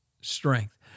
strength